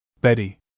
Betty